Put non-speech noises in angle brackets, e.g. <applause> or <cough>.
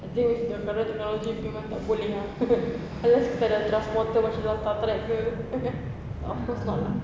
I think the current technology memang tak boleh lah <laughs> unless kita ada transporter macam kat star trek ke <laughs> but of course not lah